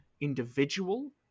individual